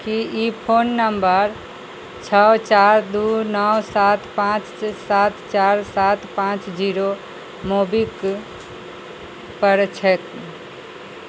की ई phone number छओ चारि दू नओ सात पांँच सात चारि सात पांँच जीरो मोबीक पर छैक